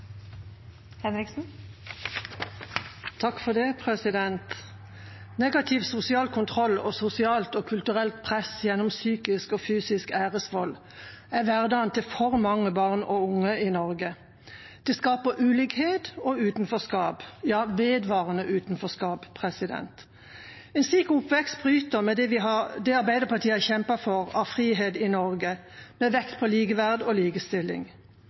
hverdagen for mange barn og unge i Norge. Det skaper ulikhet og utenforskap – ja, vedvarende utenforskap. En slik oppvekst bryter med det Arbeiderpartiet har kjempet for av frihet i Norge, med vekt på likeverd og likestilling.